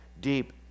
deep